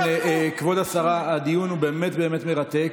כבוד השרה, הדיון הוא באמת באמת מרתק,